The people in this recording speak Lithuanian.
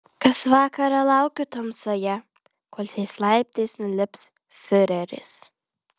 kas vakarą laukiu tamsoje kol šiais laiptais nulips fiureris